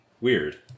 Weird